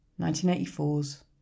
1984's